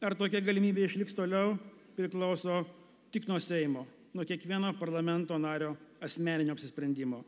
ar tokia galimybė išliks toliau priklauso tik nuo seimo nuo kiekvieno parlamento nario asmeninio apsisprendimo